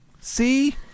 see